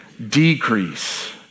Decrease